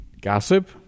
gossip